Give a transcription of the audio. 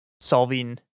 solving